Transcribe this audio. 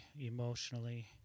emotionally